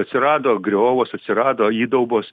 atsirado griovos atsirado įdaubos